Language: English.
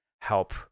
help